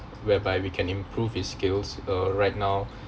whereby we can improve his skills uh right now